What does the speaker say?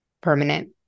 permanent